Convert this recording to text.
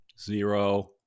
Zero